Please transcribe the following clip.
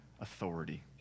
authority